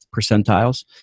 percentiles